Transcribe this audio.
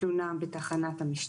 פותח וזה נכון גם לבריאות וגם לרווחה.